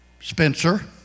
Spencer